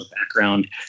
background